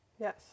Yes